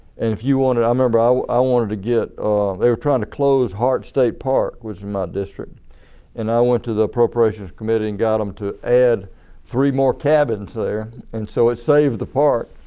and if you wanted, i remember ah i wanted to get they were trying to close heart state park was in my district and i went to the appropriations committee and got them um to add three more cabins there and so it saved the park.